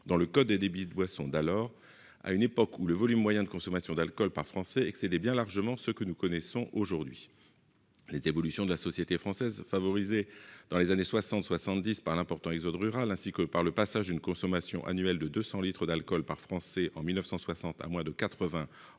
dans le code des débits de boissons en vigueur à l'époque, lorsque le volume moyen de consommation d'alcool par Français excédait bien largement ce que nous connaissons aujourd'hui. Les évolutions de la société française, favorisées dans les années 1960 et 1970 par l'important exode rural, ainsi que par le passage d'une consommation annuelle de 200 litres d'alcool par Français en 1960 à moins de 80